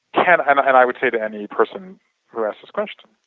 can and i would say to any person who asked this question.